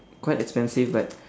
quite expensive but